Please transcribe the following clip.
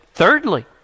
Thirdly